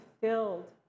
filled